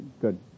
good